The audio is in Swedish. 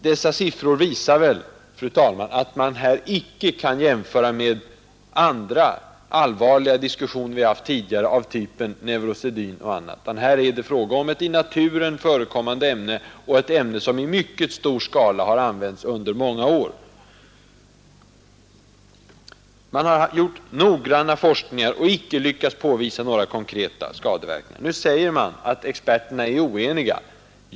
Dessa siffror visar väl, fru talman, att man här icke kan jämföra med andra, allvarliga diskussioner vi haft tidigare av typen neurosedyn. Här är det fråga om ett i naturen förekommande ämne som i mycket stor skala använts under många år. Man har gjort noggranna forskningar och icke lyckats påvisa några konkreta skadeverkningar. Nu sägs det här att experterna är oeniga.